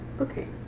Okay